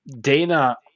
Dana